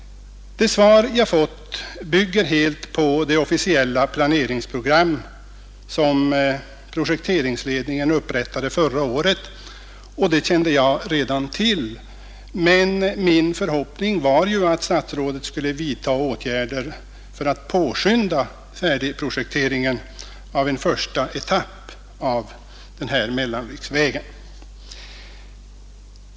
Det svar jag fått bygger helt på det officiella planeringsprogram som projekteringsledningen upprättade förra året, och det kände jag redan till, men min förhoppning var ju att statsrådet skulle vidta åtgärder för att påskynda färdigprojekteringen av en första etapp av mellanriksvägen.